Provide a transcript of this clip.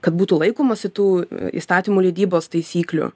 kad būtų laikomasi tų įstatymų leidybos taisyklių